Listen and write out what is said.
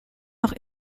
noch